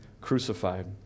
crucified